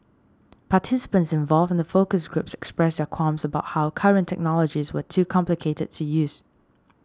participants involved in the focus groups expressed their qualms about how current technologies were too complicated to use